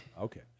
Okay